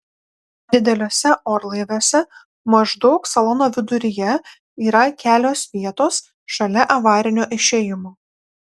dideliuose orlaiviuose maždaug salono viduryje yra kelios vietos šalia avarinio išėjimo